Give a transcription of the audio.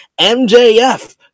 MJF